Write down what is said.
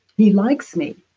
he likes me.